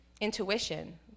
intuition